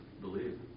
Believe